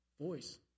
voice